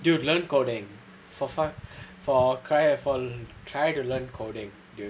dude learn coding for far far try to learn coding